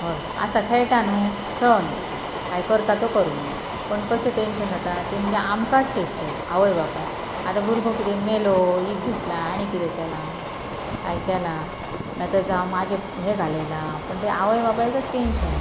हय आसा खेळटा न्हू खेळो न ताका कांय करता तो करून्ही पणू कशें टेंन्शन जाता तें म्हणजे आमकांच टेन्शन आवय बापाय आतां भुरगो कितें मेलो ही घेतला आनी किदं केलां कांय केलां ना तर जावं म्हाजें हें घालयलां पूण तें आवय बापायकच टेंन्शन ना